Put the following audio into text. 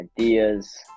ideas